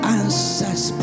answers